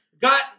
got